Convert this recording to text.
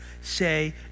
say